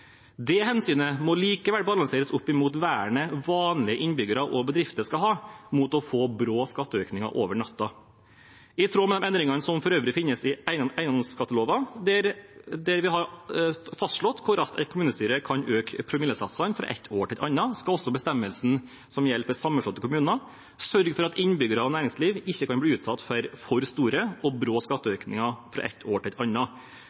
Det hensynet må likevel balanseres opp mot vernet vanlige innbyggere og bedrifter skal ha mot å få brå skatteøkninger over natten. I tråd med de endringene som for øvrig finnes i eiendomsskatteloven, der vi har fastslått hvor raskt et kommunestyre kan øke promillesatsene fra et år til et annet, skal også bestemmelsen som gjelder for sammenslåtte kommuner, sørge for at innbyggere og næringsliv ikke kan bli utsatt for for store og brå skatteøkninger fra et år til et annet.